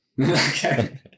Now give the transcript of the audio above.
okay